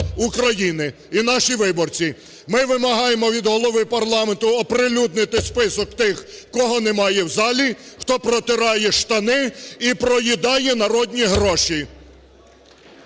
України і наші виборці. Ми вимагаємо від Голови парламенту оприлюднити список тих, кого немає в залі, хто протирає штани і проїдає народні гроші.